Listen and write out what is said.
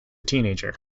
teenager